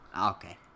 Okay